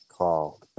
call